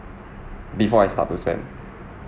before I start to spend